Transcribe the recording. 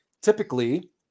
Typically